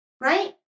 right